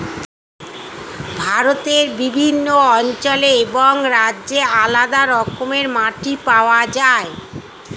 ভারতের বিভিন্ন অঞ্চলে এবং রাজ্যে আলাদা রকমের মাটি পাওয়া যায়